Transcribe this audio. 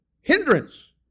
hindrance